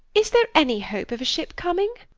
is there any hope of a ship coming?